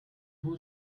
who